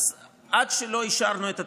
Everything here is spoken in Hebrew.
עד שלא אישרנו את התקנון,